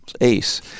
ace